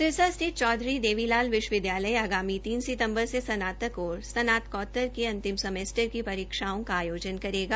सिरसा स्थित चौधरी देवीलाल विश्वविद्यालय आगामी तीन सितंबर से स्नातक और स्नातकोत्तर के अंतिम सेमेस्टर की परीक्षाओं का आयोजन करेगा